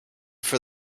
for